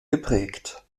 geprägt